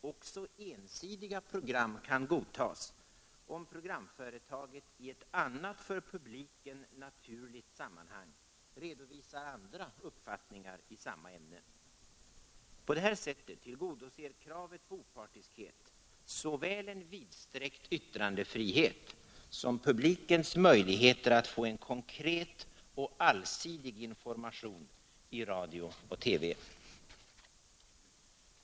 Också ensidiga program kan godtas, om programföretaget i ett annat för publiken naturligt sammanhang redovisar andra uppfattningar i samma ämne. På det här sättet tillgodoser kravet på opartiskhet såväl en vidsträckt yttrandefrihet som publikens möjligheter att få en konkret och allsidig information i radio och TV.